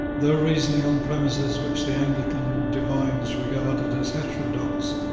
though reasoning on premises which the anglican divines regarded as heterodox,